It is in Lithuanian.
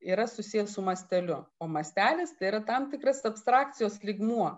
yra susiję su masteliu o mastelis tai yra tam tikras abstrakcijos lygmuo